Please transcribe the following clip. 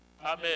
Amen